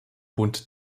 bund